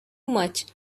much